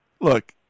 look